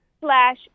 slash